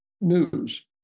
news